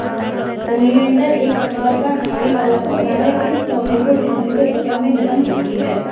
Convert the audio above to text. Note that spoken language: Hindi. ओलियंडर एक प्रकार का झाड़ी वाला पौधा है इस पौधे को छूने से त्वचा में जलन होती है